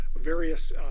various